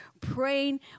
praying